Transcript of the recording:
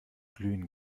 glühen